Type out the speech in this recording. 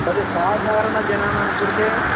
तद् साधारणजनानां कृते